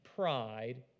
pride